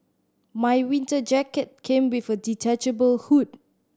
my winter jacket came with a detachable hood